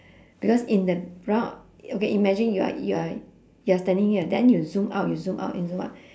because in the roun~ okay imagine you're you're you're standing here then you zoom out you zoom out you zoom out